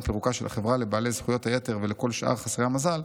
פירוקה של החברה לבעלי זכויות היתר ולכל השאר חסרי המזל,